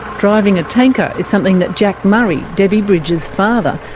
driving a tanker is something that jack murray, debbie bridge's father,